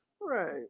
Right